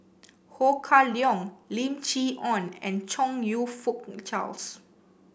Ho Kah Leong Lim Chee Onn and Chong You Fook Charles